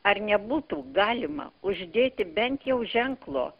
ar nebūtų galima uždėti bent jau ženklo